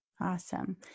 Awesome